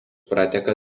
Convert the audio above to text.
prateka